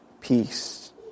peace